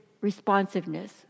responsiveness